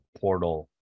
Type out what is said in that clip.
portal